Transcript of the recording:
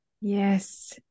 yes